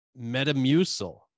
Metamucil